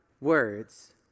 words